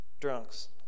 drunks